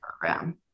program